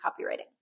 copywriting